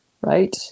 Right